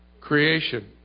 Creation